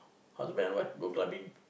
husband and wife go clubbing